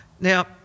Now